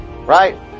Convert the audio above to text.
Right